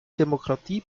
demokratie